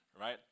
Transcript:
Right